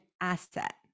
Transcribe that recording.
asset